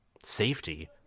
safety